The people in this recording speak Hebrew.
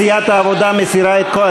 סיעת העבודה מסירה את כל,